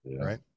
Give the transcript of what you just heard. Right